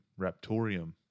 Raptorium